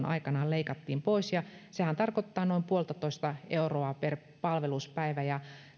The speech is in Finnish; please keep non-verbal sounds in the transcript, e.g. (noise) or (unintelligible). (unintelligible) aikanaan leikattiin pois sehän tarkoittaa noin yksi pilkku viisi euroa per palveluspäivä ja